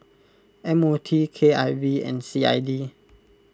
M O T K I V and C I D